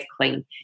clean